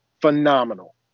phenomenal